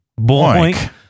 boink